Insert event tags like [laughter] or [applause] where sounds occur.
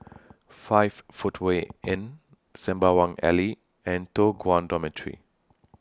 [noise] five Footway [noise] Inn Sembawang Alley and Toh Guan Dormitory